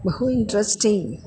बहु इण्ट्रस्टिङ्ग्